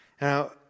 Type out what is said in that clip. Now